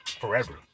Forever